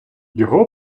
його